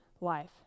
life